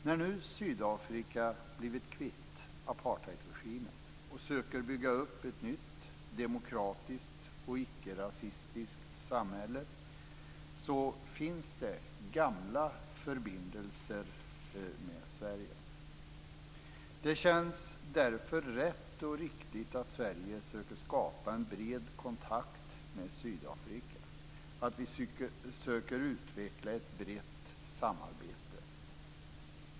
När nu Sydafrika blivit kvitt apartheidregimen och söker bygga upp ett nytt demokratiskt och ickerasistiskt samhälle finns gamla förbindelser med Sverige. Det känns därför rätt och riktigt att Sverige försöker skapa en bred kontakt med Sydafrika, att vi söker utveckla ett brett samarbete.